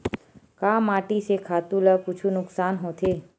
का माटी से खातु ला कुछु नुकसान होथे?